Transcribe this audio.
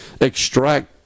extract